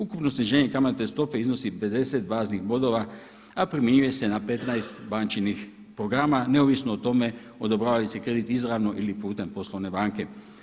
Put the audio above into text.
Ukupno sniženje kamatne stope iznosi 50 baznih bodova, a primjenjuje se na 15 bančinig programa neovisno o tome odobrava li se kredit izravno ili putem poslovne banke.